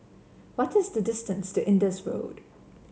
what is the distance to Indus Road